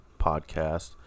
Podcast